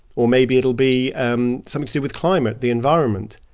or maybe it'll be um something to do with climate, the environment.